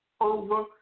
over